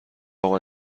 اقا